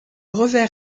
revers